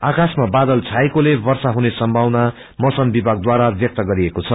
आकाशमा बादल छाएकोले वर्षा हुने सम्भावना मौसम विभागद्वारा व्यक्त गरिएको छ